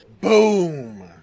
Boom